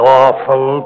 awful